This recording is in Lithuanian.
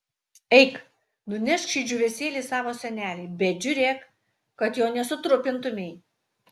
eik nunešk šį džiūvėsėlį savo senelei bet žiūrėk kad jo nesutrupintumei